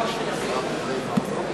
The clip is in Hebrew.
כבוד נשיא המדינה שמעון פרס,